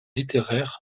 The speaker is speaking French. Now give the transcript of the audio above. littéraire